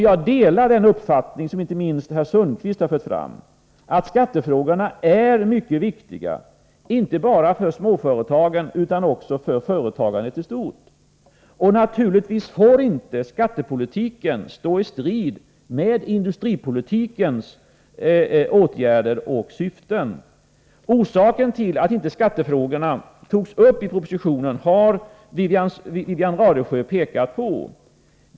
Jag delar den uppfattning som inte minst herr Sundkvist har fört fram, att skattefrågorna är mycket viktiga, inte bara för småföretagen utan också för småföretagandet i stort. Naturligtvis får inte skattepolitiken stå i strid med industripolitikens åtgärder och syften. Orsaken till att inte skattefrågorna tas upp i propositionen har Wivi-Anne Radesjö pekat på.